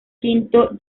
quinto